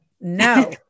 no